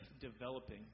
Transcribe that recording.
developing